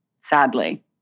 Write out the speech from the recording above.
sadly